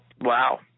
Wow